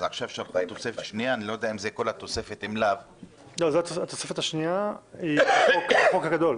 ואני לא יודע אם זאת כל התוספת --- התוספת השנייה היא החוק הגדול.